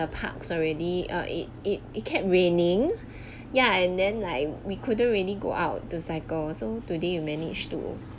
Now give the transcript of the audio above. parks already ah it it it kept raining yeah and then like we couldn't really go out to cycle so today manage to